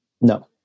no